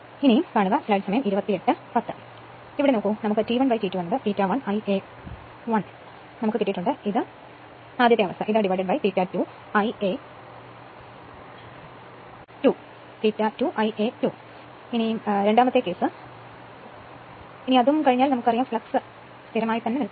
അതിനാൽ നമുക്ക് T 1 T 2 ∅1 Ia1 ഇത് ∅ 2 Ia Ia 2 എന്ന് എഴുതാം എന്നാൽ ഷണ്ട് മോട്ടോറിന് ഫ്ലക്സ് സ്ഥിരമായി തുടരും